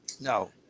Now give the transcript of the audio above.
No